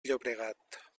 llobregat